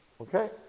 Okay